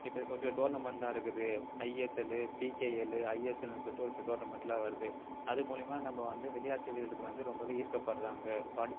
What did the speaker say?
ஒரு சில டோர்னமென்ட்லாம் இருக்குது ஐஎஸ்எல்லு பிகேஎல்லு ஐஎஸ்எல்னு சொல்லிடு ஒரு சில டோர்னமென்ட்லாம் வருது அதுமூலயமா நம்ம வந்து விளையாட்டு வீரர்களுக்கு வந்து ரொம்பவே ஈர்க்கப்படுறாங்க